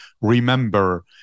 remember